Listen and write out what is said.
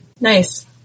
Nice